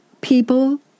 people